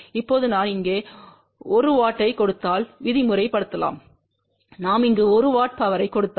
இப்போது நான் இங்கே 1 W ஐக் கொடுத்தால் விதிமுறைலலாம் நாம் இங்கு 1 W பவர்யைக் கொடுத்தால்